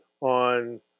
on